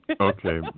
Okay